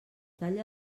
talla